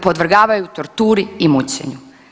Podvrgavaju je torturi i mučenju.